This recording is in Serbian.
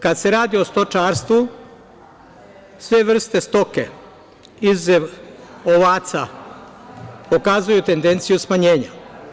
Kad se radi o stočarstvu, sve vrste stoke, izuzev ovaca, pokazuju tendenciju smanjenja.